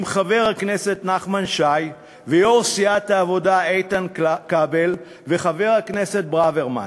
עם חבר הכנסת נחמן שי ויו"ר סיעת העבודה איתן כבל וחבר הכנסת ברוורמן,